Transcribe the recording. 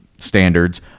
standards